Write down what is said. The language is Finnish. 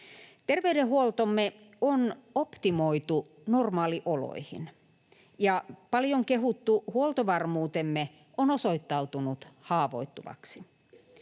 Terveydenhuoltomme on optimoitu normaalioloihin, ja paljon kehuttu huoltovarmuutemme on osoittautunut haavoittuvaksi.